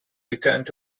returned